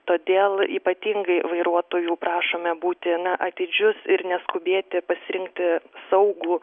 todėl ypatingai vairuotojų prašome būti na atidžius ir neskubėti pasirinkti saugų